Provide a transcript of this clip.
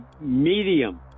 medium